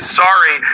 sorry